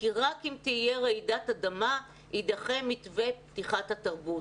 כי רק אם תהיה רעידת אדמה יידחה מתווה פתיחת התרבות.